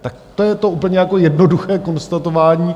Tak to je to úplně jako jednoduché konstatování.